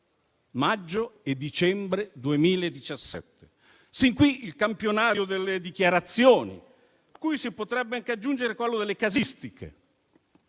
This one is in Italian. maggio e dicembre 2017). Fin qui il campionario delle dichiarazioni, a cui si potrebbe anche aggiungere quello delle casistiche.